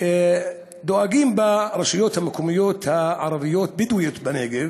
דואגים ברשויות המקומיות הערביות-בדואיות בנגב